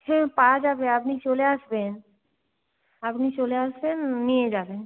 হ্যাঁ পাওয়া যাবে আপনি চলে আসবেন আপনি চলে আসবেন নিয়ে যাবেন